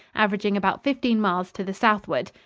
averaging about fifteen miles to the southward.